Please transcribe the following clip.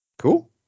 Cool